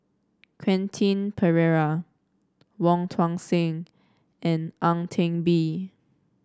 Quentin Pereira Wong Tuang Seng and Ang Teck Bee